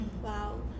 Wow